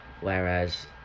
Whereas